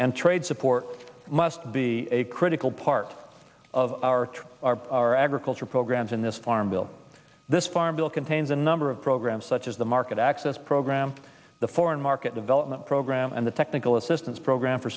and trade support must be a critical part of our agriculture programs in this farm bill this farm bill contains a number of programs such as the market access program the foreign market development program and the technical assistance program for